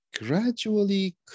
gradually